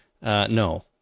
No